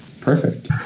Perfect